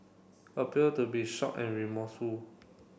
appeared to be shocked and remorseful